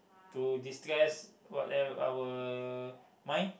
to destress what level our mind